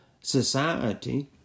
society